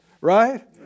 Right